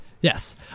Yes